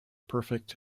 perfect